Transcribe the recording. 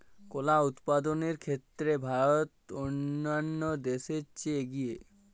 কলা উৎপাদনের ক্ষেত্রে ভারত অন্যান্য দেশের চেয়ে এগিয়ে